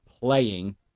playing